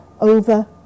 over